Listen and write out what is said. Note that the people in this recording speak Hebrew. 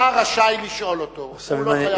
אתה רשאי לשאול אותו, הוא לא חייב לענות.